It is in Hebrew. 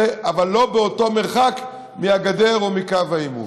אבל לא באותו מרחק מהגדר או מקו העימות.